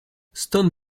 stone